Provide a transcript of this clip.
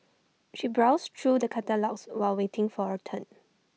she browsed through the catalogues while waiting for her turn